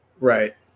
Right